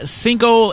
cinco